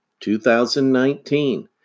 2019